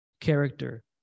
character